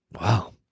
Wow